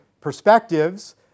perspectives